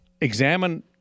Examine